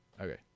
Okay